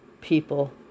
people